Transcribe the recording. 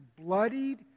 bloodied